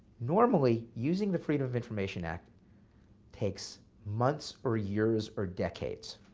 normally, using the freedom of information act takes months or years or decades.